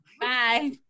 bye